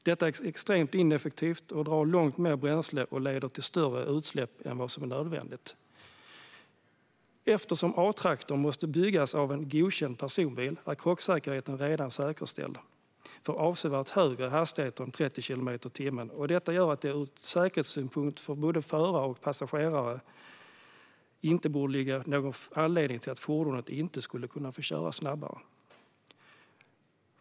Detta är extremt ineffektivt, drar långt mer bränsle och leder till större utsläpp än vad som är nödvändigt. Eftersom A-traktorn måste byggas av en godkänd personbil är krocksäkerheten redan säkerställd för avsevärt högre hastigheter än 30 kilometer i timmen. Detta gör att det ur säkerhetssynpunkt varken för förare eller passagerare borde föreligga någon anledning till att fordonen inte skulle få köras snabbare.